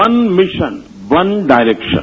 one mission one direction